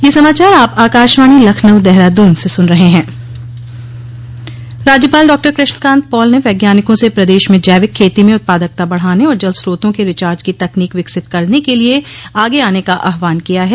तकनीकी विकास राज्यपाल डॉ कृष्ण कांत पाल ने वैज्ञानिकों से प्रदेश में जैविक खेती में उत्पादकता बढ़ाने और जलस्त्रोतों के रिचार्ज की तकनीक विकसित करने के लिए आगे आने का आहवान किया है